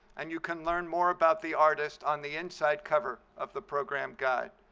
and you can learn more about the artist on the inside cover of the program guide.